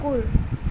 কুকুৰ